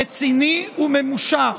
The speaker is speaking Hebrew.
רציני וממושך,